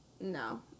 no